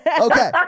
Okay